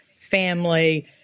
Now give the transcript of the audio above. family